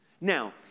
Now